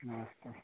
नमस्ते